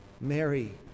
Mary